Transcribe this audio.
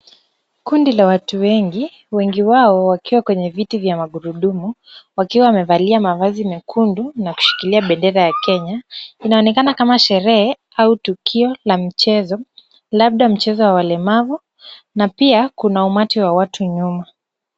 Kundi la watu wengi, wengi wao wakiwa kwenye viti vya magurudumu. Wakiwa wamevalia mavazi mekundu na kushikilia bendera ya kenya. Inaonekana kama sherehe au tukio la michezo, labda michezo ya walemavu na pia kuna umati wa watu nyuma.